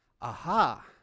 Aha